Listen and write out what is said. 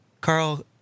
Carl